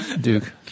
Duke